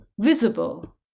visible